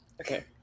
Okay